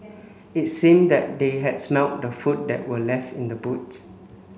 it seemed that they had smelt the food that were left in the boot